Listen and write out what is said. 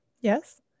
Yes